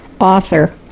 author